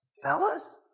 Fellas